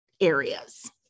areas